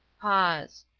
pause.